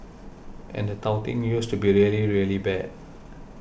and the touting used to be really really bad